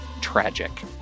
tragic